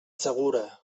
segura